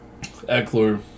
Eckler